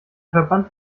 verband